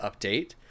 update